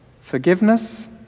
forgiveness